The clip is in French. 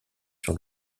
sur